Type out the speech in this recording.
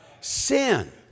Sin